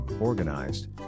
organized